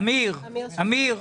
אמיר, 650,000?